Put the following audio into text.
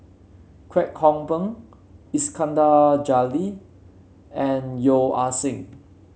Kwek Hong Png Iskandar Jalil and Yeo Ah Seng